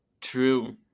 True